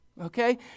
okay